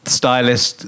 stylist